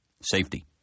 Safety